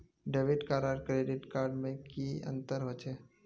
Debit card आर credit card में की अंतर होचे?